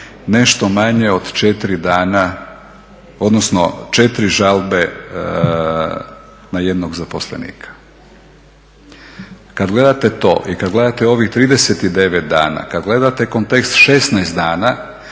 nešto manje od 4 žalbe na jednog zaposlenika. Kada gledate to i kada gledate ovih 39 dana, kada gledate kontekst 16 dana